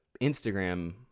Instagram